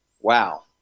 wow